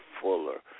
Fuller